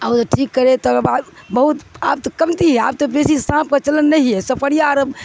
اب تو ٹھیک کرے تو بہت آپ تو کمتی ہے آب تو بیسی سانپ کا چلن نہیں ہے سپیرا اور اب